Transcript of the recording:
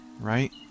right